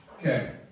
Okay